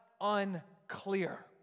unclear